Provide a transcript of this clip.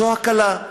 זו הקלה.